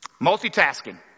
Multitasking